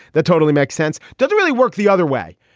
that totally makes sense. does it really work the other way?